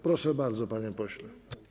Proszę bardzo, panie pośle.